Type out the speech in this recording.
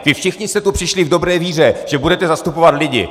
Vy všichni jste sem přišli v dobré víře, že budete zastupovat lidi.